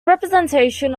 representation